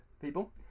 people